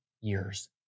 years